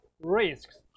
risks